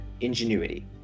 ingenuity